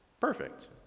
perfect